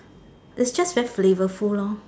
is just very flavourful lor